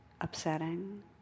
upsetting